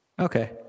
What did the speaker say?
okay